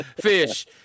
Fish